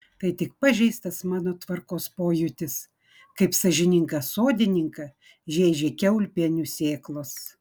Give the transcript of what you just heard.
tai tik pažeistas mano tvarkos pojūtis kaip sąžiningą sodininką žeidžia kiaulpienių sėklos